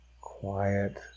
quiet